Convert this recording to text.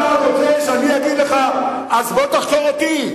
אתה רוצה שאני אגיד לך: אז בוא תחקור אותי.